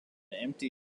empty